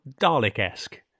Dalek-esque